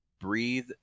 breathe